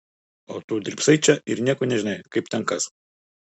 o tu drybsai čia ir nieko nežinai kaip ten kas